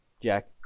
Jack